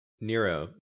Nero